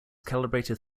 calibrated